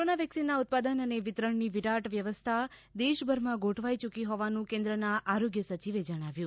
corona વેક્સિનના ઉત્પાદન અને વિતરણની વિરાટ વ્યવસ્થા દેશભરમાં ગોઠવાઈ ચૂકી હોવાનું કેન્દ્રના આરોગ્ય સચિવે જણાવ્યુ